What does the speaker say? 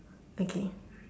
okay